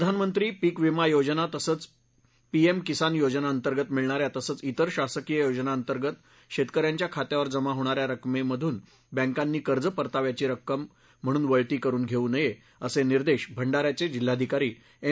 प्रधानंमत्री पीक विमा योजना तसंच पीएम किसान योजनांअंतर्गत मिळणाऱ्या तसंच इतर शासकीय योजनांअतर्गत शेतकऱ्यांच्या खात्यावर जमा होणाऱ्या रक्कमेतून बँकांनी कर्ज परताव्याची रक्कम म्हणून वळती करून घेऊ नये असे निर्देश भंडाऱ्याचे जिल्हाधिकारी एम